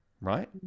Right